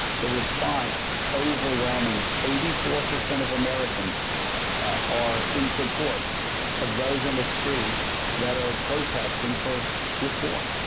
the response overwhelming eighty four percent of americans are in support of those in the streets that are protesting for reform.